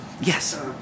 yes